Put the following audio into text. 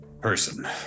person